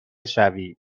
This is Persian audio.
شوی